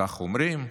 כך אומרים,